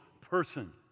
person